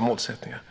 målsättningar.